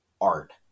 art